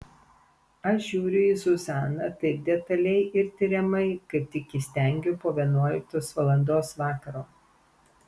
aš žiūriu į zuzaną taip detaliai ir tiriamai kaip tik įstengiu po vienuoliktos valandos vakaro